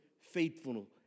faithful